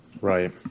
right